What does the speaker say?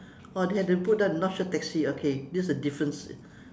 oh they had to put there north shore taxi okay this is a difference